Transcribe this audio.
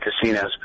casinos